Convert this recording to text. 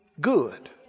good